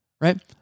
Right